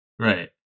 Right